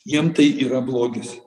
jiem tai yra blogis